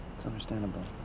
it's understandable.